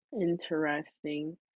Interesting